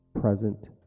present